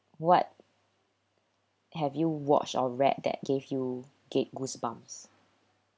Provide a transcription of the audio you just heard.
what have you watched or read that gave you get goosebumps